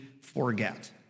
forget